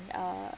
uh